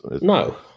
No